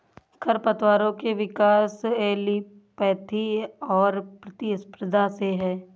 खरपतवारों के विकास एलीलोपैथी और प्रतिस्पर्धा से है